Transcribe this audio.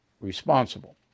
responsible